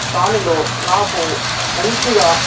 దానిలో నాకు మంచిగా